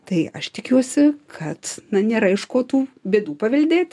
tai aš tikiuosi kad na nėra iš ko tų bėdų paveldėt